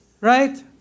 Right